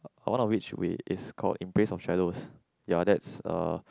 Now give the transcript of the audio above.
uh one of which is called In Praise of Shadows ya that's uh